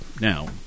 Now